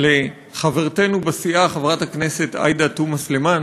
לחברתנו בסיעה חברת הכנסת עאידה תומא סלימאן,